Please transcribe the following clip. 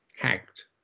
hacked